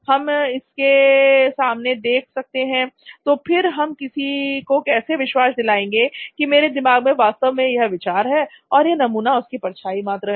हम इसे सामने देख सकते हैं तो फिर हम किसी को कैसे विश्वास दिलाएंगे कि मेरे दिमाग में वास्तव में यह विचार है और यह नमूना उसकी परछाई मात्र है